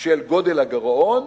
של גודל הגירעון